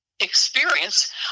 Experience